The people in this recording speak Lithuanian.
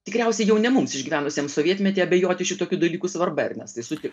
tikriausiai jau ne mums išgyvenusiems sovietmetį abejoti šitokių dalykų svarba ernestai sutik